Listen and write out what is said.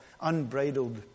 unbridled